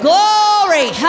Glory